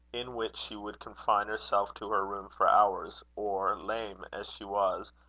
in which she would confine herself to her room for hours, or, lame as she was,